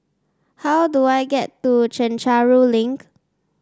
how do I get to Chencharu Link